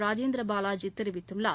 ராஜேந்திர பாலாஜி தெரிவித்துள்ளார்